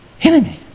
enemy